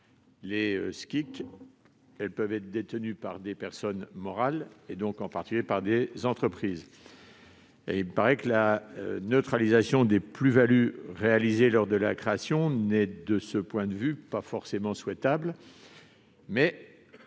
les SCIC peuvent être détenues par des personnes morales, en particulier des entreprises. La neutralisation des plus-values réalisées lors de la création n'est, de ce point de vue, pas forcément souhaitable.